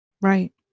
Right